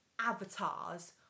avatars